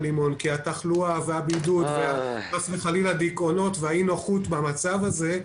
כי התחלואה והבידוד וחס וחלילה דיכאונות ואי הנוחות במצב הזה,